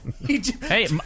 Hey